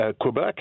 Quebec